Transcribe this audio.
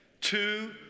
two